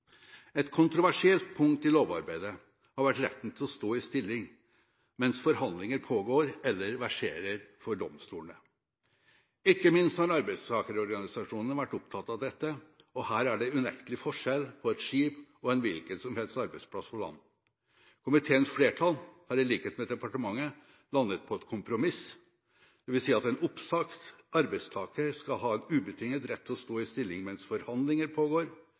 Et kontroversielt punkt i lovarbeidet har vært retten til å stå i stilling mens forhandlinger pågår eller verserer for domstolene. Ikke minst har arbeidstakerorganisasjonene vært opptatt av dette. Og her er det unektelig forskjell på et skip og en hvilken som helst arbeidsplass på land. Komiteens flertall har i likhet med departementet landet på et kompromiss, dvs. at en oppsagt arbeidstaker skal ha en ubetinget rett til å stå i stilling mens forhandlinger pågår,